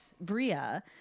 Bria